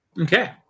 okay